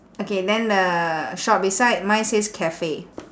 okay then the shop beside mine says cafe